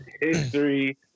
history